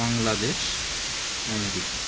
Bangladesh America